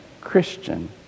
Christian